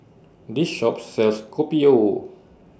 This Shop sells Kopi O